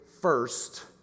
first